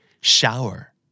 Shower